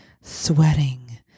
sweating